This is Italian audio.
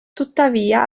tuttavia